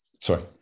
sorry